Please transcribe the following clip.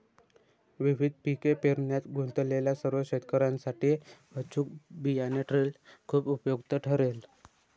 विविध पिके पेरण्यात गुंतलेल्या सर्व शेतकर्यांसाठी अचूक बियाणे ड्रिल खूप उपयुक्त ठरेल